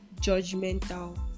judgmental